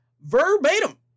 verbatim